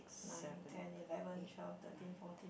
nine ten eleven twelve thirteen fourteen